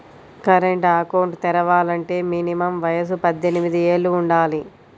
current account తెరవాలంటే minimum వయసు పద్దెనిమిది యేళ్ళు వుండాలి